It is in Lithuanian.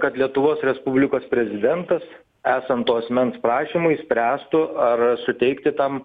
kad lietuvos respublikos prezidentas esant to asmens prašymui spręstų ar suteikti tam